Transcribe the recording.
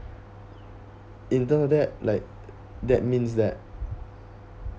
in till like that means that